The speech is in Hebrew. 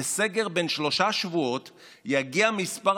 בין מדינות ה-OECD במדדים של מתים,